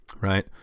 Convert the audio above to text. right